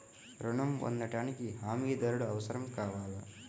ఋణం పొందటానికి హమీదారుడు అవసరం కావాలా?